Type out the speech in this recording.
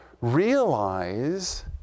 realize